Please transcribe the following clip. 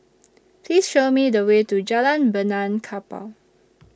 Please Show Me The Way to Jalan Benaan Kapal